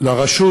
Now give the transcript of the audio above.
לרשות